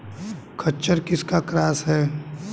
खच्चर किसका क्रास है?